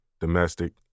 domestic